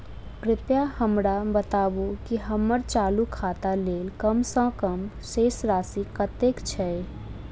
कृपया हमरा बताबू की हम्मर चालू खाता लेल कम सँ कम शेष राशि कतेक छै?